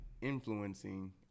influencing